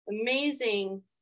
amazing